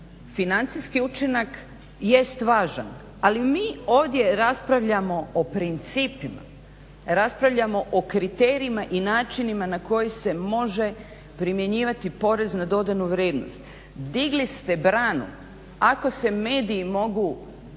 Financijski učinak jest važan, ali mi ovdje raspravljamo o principima, raspravljamo o kriterijima i načinima na koji se može primjenjivati porez na dodanu vrijednost. Digli ste branu, ako se mediji mogu